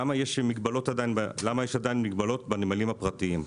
למה יש עדיין מגבלות בנמלים הפרטיים.